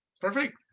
Perfect